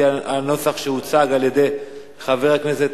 חבר הכנסת,